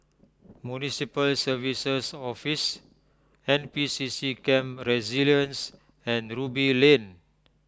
Municipal Services Office N P C C Camp Resilience and Ruby Lane